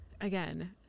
again